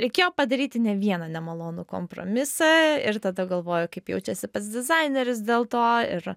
reikėjo padaryti ne vieną nemalonų kompromisą ir tada galvoju kaip jaučiasi pats dizaineris dėl to ir